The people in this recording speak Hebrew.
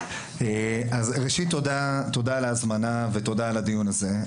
אז ראשית תודה על ההזמנה ותודה על הדיון הזה.